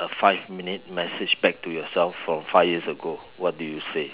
a five minute message back to yourself from five years ago what do you say